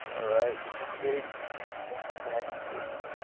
alright, big patty goes